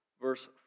verse